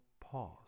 Pause